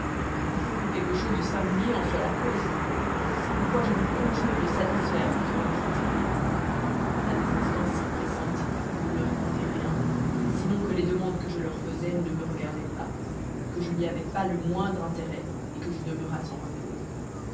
il faut que quelque chose de singulier en soit la cause c'est pourquoi je vous conjure de satisfaire ma curiosité à des instances si pressantes ils ne répondirent rien sinon que les demandes que je leur faisais ne me regardaient pas que je n'y avais pas le moindre intérêt et que je demeurasse en repos